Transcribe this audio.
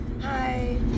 Hi